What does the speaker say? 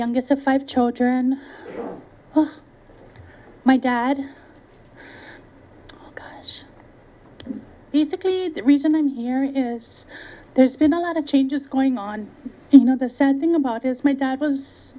youngest of five children oh my dad gosh he's sickly the reason i'm here is there's been a lot of changes going on you know the sad thing about is my dad was